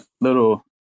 little